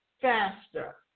faster